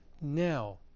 now